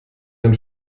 ein